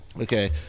Okay